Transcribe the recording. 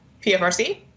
PFRC